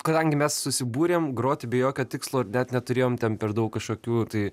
kadangi mes susibūrėm groti be jokio tikslo ir net neturėjom tam per daug kažkokių tai